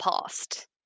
past